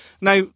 Now